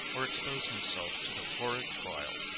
or expose himself to the horrid trial,